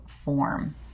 form